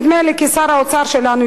נדמה לי ששר האוצר שלנו,